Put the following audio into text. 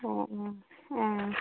অঁ অঁ অঁ